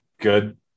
Good